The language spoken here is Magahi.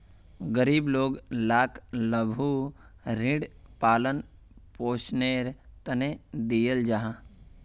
गरीब लोग लाक लघु ऋण पालन पोषनेर तने दियाल जाहा